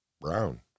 brown